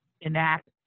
enact